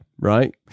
right